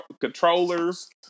controllers